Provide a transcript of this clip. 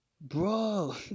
bro